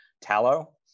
tallow